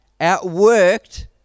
Outworked